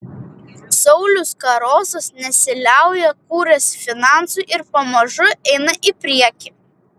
saulius karosas nesiliauja kūręs finansų ir pamažu eina į priekį